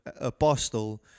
apostle